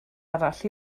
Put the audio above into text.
arall